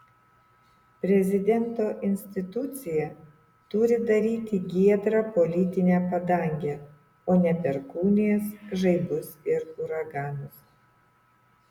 prezidento institucija turi daryti giedrą politinę padangę o ne perkūnijas žaibus ir uraganus